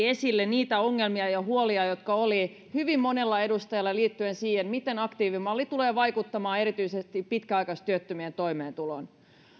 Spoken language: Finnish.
esille niitä ongelmia ja huolia joita oli hyvin monella edustajalla liittyen siihen miten aktiivimalli tulee vaikuttamaan erityisesti pitkäaikaistyöttömien toimeentuloon